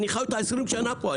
אני חי אותה 20 שנה פה.